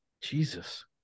Jesus